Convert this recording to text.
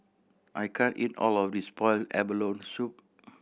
I can't eat all of this boiled abalone soup